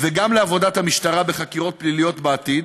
וגם לעבודת המשטרה בחקירות פליליות בעתיד,